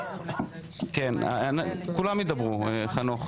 כן, כולם ידברו, חנוך.